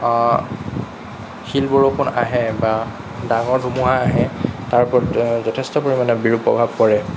শিলবৰষুণ আহে বা ডাঙৰ ধুমুহা আহে তাৰ ওপৰত যথেষ্ট পৰিমাণে বিৰূপ প্ৰভাৱ পৰে